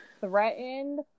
threatened